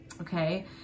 Okay